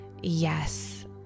yes